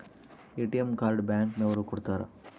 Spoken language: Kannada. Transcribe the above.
ಎ.ಟಿ.ಎಂ ಕಾರ್ಡ್ ಬ್ಯಾಂಕ್ ನವರು ಕೊಡ್ತಾರ